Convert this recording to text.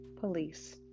Police